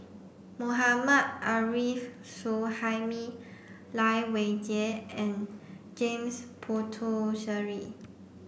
Mohammad Arif Suhaimi Lai Weijie and James Puthucheary